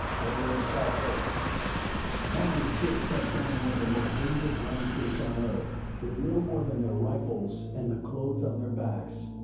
pay me when you sell fur. narrator marty and stitch touch down in one of the most dangerous landscapes on earth, with little more than their rifles and the clothes on their backs.